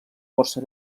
força